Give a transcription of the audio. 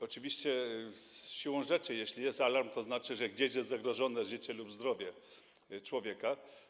Oczywiście siłą rzeczy jeśli jest alarm, to znaczy, że gdzieś jest zagrożone życie lub zdrowie człowieka.